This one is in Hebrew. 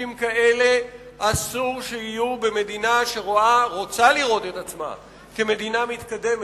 חוקים כאלה אסור שיהיו במדינה שרוצה לראות את עצמה כמדינה מתקדמת.